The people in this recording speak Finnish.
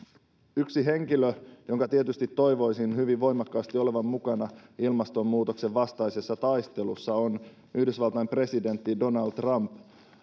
yksi henkilö jonka tietysti toivoisin hyvin voimakkaasti olevan mukana ilmastonmuutoksen vastaisessa taistelussa on yhdysvaltain presidentti donald trump